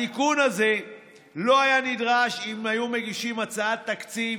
התיקון הזה לא היה נדרש אם היו מגישים הצעת תקציב,